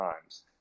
times